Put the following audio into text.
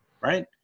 right